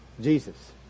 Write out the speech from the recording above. Jesus